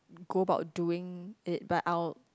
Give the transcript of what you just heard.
go about doing it but I'll